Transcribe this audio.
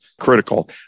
critical